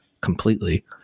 completely